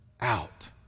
out